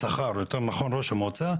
יותר נכון שכר ראש המועצה,